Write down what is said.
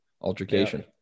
altercation